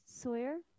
Sawyer